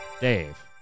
Dave